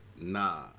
nah